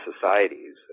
societies